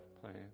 playing